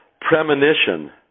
premonition